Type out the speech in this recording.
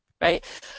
right